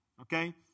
okay